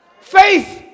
faith